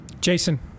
Jason